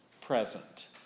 present